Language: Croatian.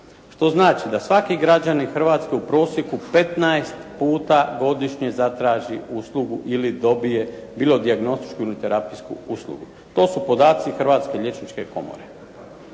što znači da svaki građanin Hrvatske u prosjeku 15 puta godišnje zatraži uslugu ili dobije bilo dijagnostičku ili terapijsku uslugu. To su podaci Hrvatske liječničke komore.